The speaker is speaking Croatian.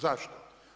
Zašto?